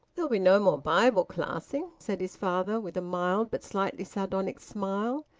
there'll be no more bible classing, said his father, with a mild but slightly sardonic smile,